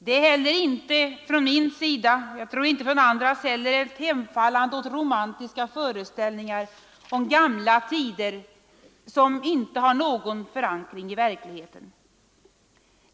Det är inte från min sida — jag tror inte heller från andras — ett hemfallande åt romantiska föreställningar om gamla tider som inte har någon förankring i verkligheten.